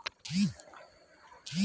আমার mobile phone কিভাবে recharge করতে পারব?